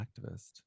activist